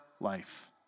life